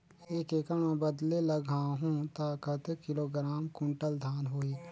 एक एकड़ मां बदले लगाहु ता कतेक किलोग्राम कुंटल धान होही?